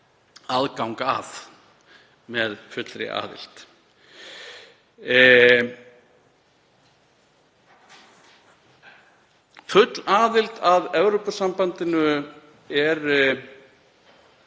aðgang að með fullri aðild. Full aðild að Evrópusambandinu er